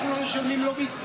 אנחנו לא משלמים לו מיסים.